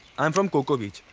i am from coco beach.